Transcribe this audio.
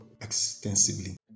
extensively